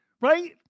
right